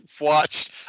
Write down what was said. watched